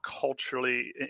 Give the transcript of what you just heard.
culturally